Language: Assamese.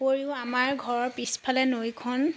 উপৰিও আমাৰ ঘৰৰ পিছফালে নৈখন